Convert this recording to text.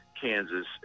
Kansas